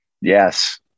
Yes